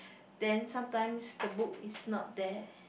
then sometimes the book is not there